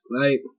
right